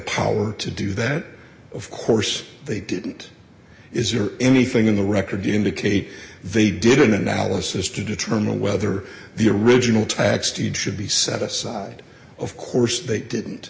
power to do that of course they didn't is or anything in the record indicate they did an analysis to determine whether the original tax deed should be set aside of course they didn't